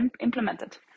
implemented